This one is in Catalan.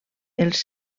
els